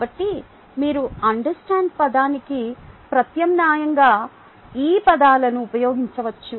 కాబట్టి మీరు అండర్స్టాండ్ పదానికి ప్రత్యామ్నాయంగా ఈ పదాలను ఉపయోగించవచ్చు